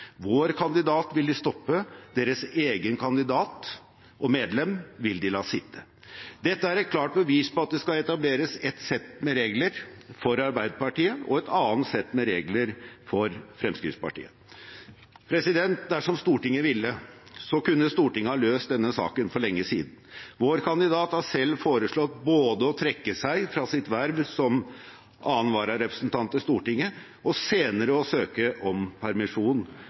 Vår kandidat vil de stoppe, deres eget medlem vil de la sitte. Dette er et klart bevis på at det skal etableres ett sett med regler for Arbeiderpartiet og et annet sett med regler for Fremskrittspartiet. Dersom Stortinget ville, kunne Stortinget ha løst denne saken for lenge siden. Vår kandidat har selv foreslått både å trekke seg fra sitt verv som 2. vararepresentant til Stortinget og senere å søke om permisjon